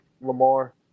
Lamar